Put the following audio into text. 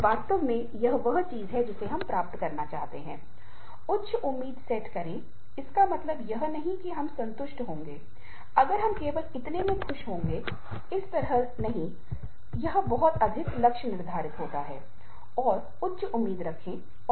और अगर संगठन को क्षमता प्राप्त करनी है तो संगठन संभावित और वास्तविक कर्मचारियों को संदेश देगा कि संगठन के साथ काम करने के लिए यह एक अच्छी जगह है